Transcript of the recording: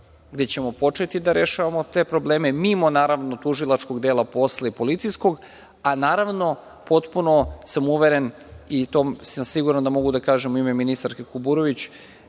gde ćemo početi da rešavamo te probleme mimo tužilačkog dela posla i policijskog. Naravno, potpuno sam uveren i siguran sam da mogu da kažem u ime ministarke Kuburović,